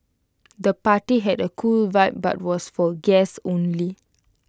the party had A cool vibe but was for guests only